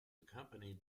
accompanied